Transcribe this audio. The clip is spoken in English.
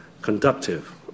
conductive